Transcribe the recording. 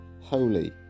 holy